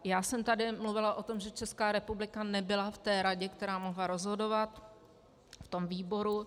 Já jsem tady mluvila o tom, že Česká republika nebyla v radě, která mohla rozhodovat ve výboru.